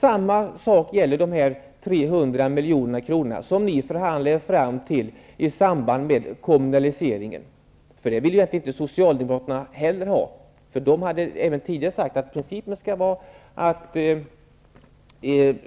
Samma sak gäller de 300 miljonerna som förhandlades fram i samband med kommunaliseringen och som för övrigt inte heller Socialdemokraterna ville ha, för de hade tidigare sagt att principen skall vara att